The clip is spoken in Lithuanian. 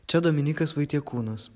čia dominykas vaitiekūnas